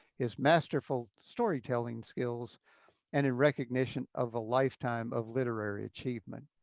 his masterful storytelling skills and in recognition of a lifetime of literary achievement.